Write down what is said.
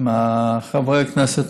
עם חברי הכנסת.